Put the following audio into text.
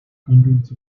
hundreds